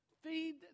feed